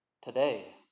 today